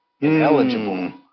ineligible